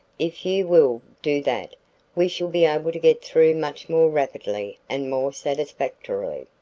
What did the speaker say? if you will do that we shall be able to get through much more rapidly and more satisfactorily.